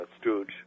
stooge